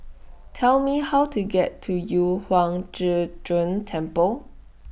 Tell Me How to get to Yu Huang Zhi Zun Temple